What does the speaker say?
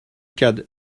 cadre